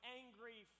angry